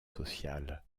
social